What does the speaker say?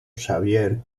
xavier